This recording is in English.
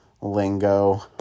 lingo